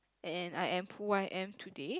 and I am who I am today